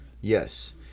Yes